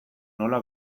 nola